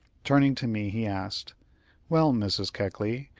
turning to me, he asked well, mrs. keckley,